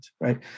right